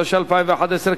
התשע"א 2011,